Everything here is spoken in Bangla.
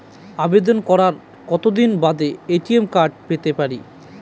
আবেদন করার কতদিন বাদে এ.টি.এম কার্ড পেতে পারি?